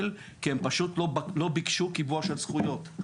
כי הם פשוט לא ביקשו קיבוע של זכויות.